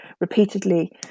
repeatedly